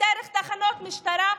דרך תחנות משטרה,